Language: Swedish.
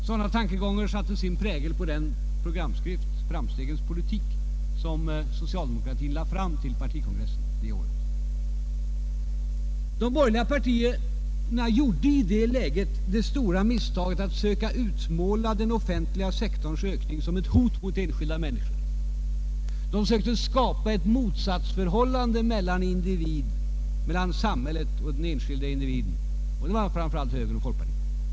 Sådana tankegångar satte också sin prägel på den programskrift, Framstegens politik, som socialdemokraterna lade fram vid sin partikongress det året. De borgerliga partierna begick i det läget det stora misstaget att försöka utmåla den offentliga sektorns ökning som ett hot mot enskilda människor. Man försökte skapa ett motsatsförhållande mellan samhället och den enskilda individen — det var framför allt högern och folkpartiet som gjorde detta.